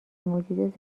موجود